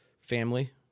family